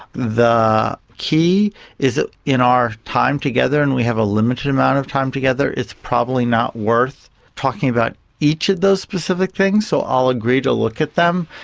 the key is that in our time together, and we have a limited amount of time together, it's probably not worth talking about each of those specific things, so i'll agree to look at them.